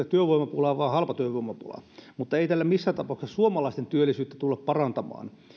työvoimapulaa vaan halpatyövoimapulaa mutta ei tällä missään tapauksessa suomalaisten työllisyyttä tulla parantamaan